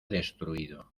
destruido